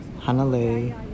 hanalei